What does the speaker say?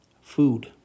food